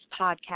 podcast